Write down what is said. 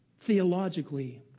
Theologically